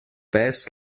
pes